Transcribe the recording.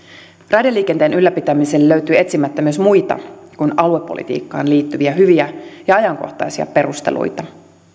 raideliikenteen ylläpitämiselle löytyy etsimättä myös muita kuin aluepolitiikkaan liittyviä hyviä ja ajankohtaisia perusteluita